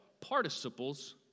participles